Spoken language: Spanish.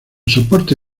soporte